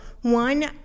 one